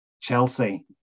Chelsea